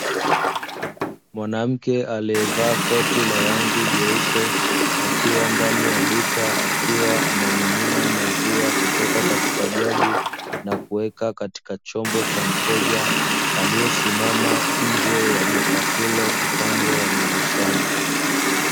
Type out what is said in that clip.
Mwanamke aliyevaa koti la rangi nyeupe akiwa ndani ya duka, akiwa anamimina maziwa kutoka katika jagi na kuweka katika chombo cha mteja aliyesimama nje ya duka hilo upande wa dirishani.